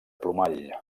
plomall